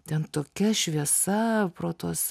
ten tokia šviesa pro tuos